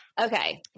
Okay